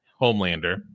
Homelander